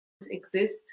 exist